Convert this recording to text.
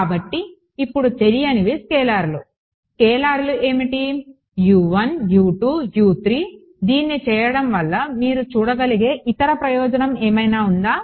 కాబట్టి ఇప్పుడు తెలియనివి స్కేలర్లు స్కేలర్లు ఏమిటి దీన్ని చేయడం వల్ల మీరు చూడగలిగే ఇతర ప్రయోజనం ఏమైనా ఉందా